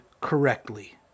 correctly